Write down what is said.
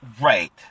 right